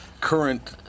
current